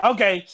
Okay